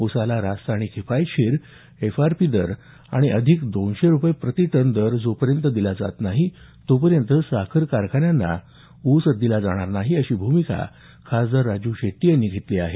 ऊसाला रास्त आणि किफायतशीर एफ आर पी दर आणि अधिक दोनशे रुपये प्रति टन जो पर्यंत दिले जात नाहीत तोपर्यंत साखर कारखान्यांना ऊस दिला जाणार नाही अशी भूमिका खासदार राजू शेट्टी यांनी घेतली आहे